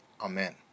Amen